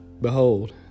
Behold